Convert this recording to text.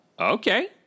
okay